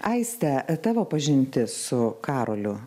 aiste tavo pažintis su karoliu